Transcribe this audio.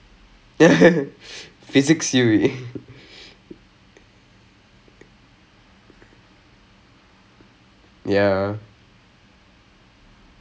to better myself in in err physics U_E I'm like no let me do something which is not related to this world இது:ithu first semester வந்து:vanthu I did